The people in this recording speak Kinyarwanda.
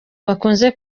bakunze